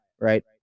right